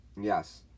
yes